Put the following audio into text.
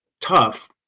tough